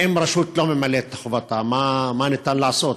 ואם רשות לא ממלאת חובתה, מה ניתן לעשות?